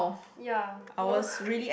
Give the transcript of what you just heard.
ya